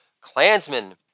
Klansmen